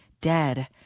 dead